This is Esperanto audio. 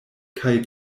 kaj